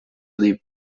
dei